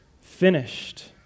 finished